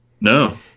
no